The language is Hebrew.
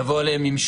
לבוא עם שוט,